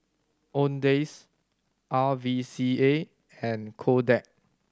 Owndays R V C A and Kodak